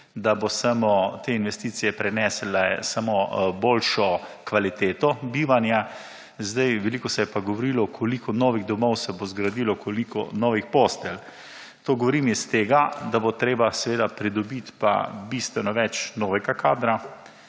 da bo samo te investicije prenesle samo boljšo kvaliteto bivanja. Zdaj, veliko se je pa govorilo koliko novih domov se bo zgradilo, koliko novih postelj. To govorim iz tega, da bo treba seveda pridobiti pa bistveno več novega kadra